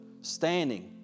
standing